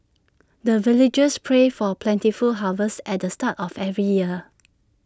the villagers pray for plentiful harvest at the start of every year